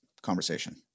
conversation